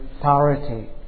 authority